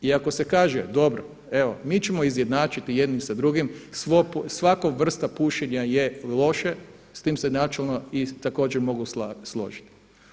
I ako se kaže, dobro, evo mi ćemo izjednačiti jedni sa drugim, svaka vrsta pušenja je loše, s tim se načelno i također mogu složiti.